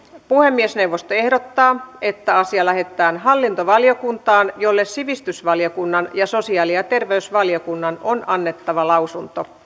puhemiesneuvosto ehdottaa että asia lähetetään hallintovaliokuntaan jolle sivistysvaliokunnan ja sosiaali ja terveysvaliokunnan on annettava lausunto